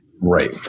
right